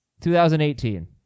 2018